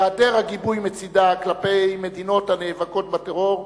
והיעדר הגיבוי מצדה כלפי מדינות הנאבקות בטרור,